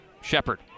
Shepard